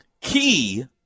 Key